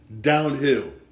Downhill